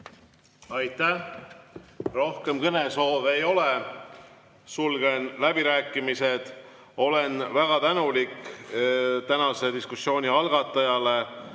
Aitäh! Rohkem kõnesoove ei ole. Sulgen läbirääkimised. Olen väga tänulik tänase diskussiooni algatajale,